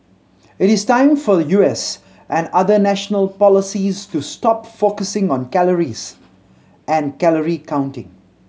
it is time for U S and other national policies to stop focusing on calories and calorie counting